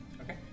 Okay